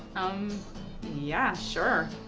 um yeah sure.